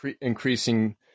increasing